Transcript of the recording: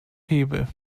hebel